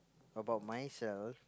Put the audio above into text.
about myself